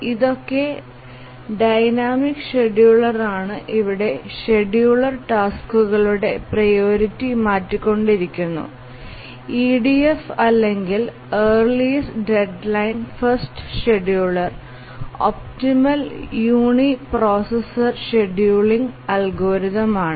ഇതൊക്കെ dynamic scheduler ആണ് ഇവിടെ ഷെഡ്യൂളർ ടാസ്കുകളുടെ പ്രിയോറിറ്റി മാറ്റികൊണ്ടിരിക്കുന്നു EDF അല്ലെങ്കിൽ earliest deadline first scheduler optimal uniprocessor scheduling algorithm ആണ്